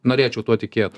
norėčiau tuo tikėt